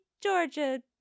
georgia